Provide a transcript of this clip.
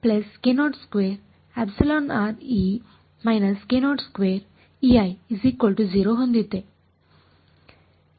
ನಾನು ಹೊಂದಿದ್ದೆ